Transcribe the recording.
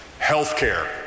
healthcare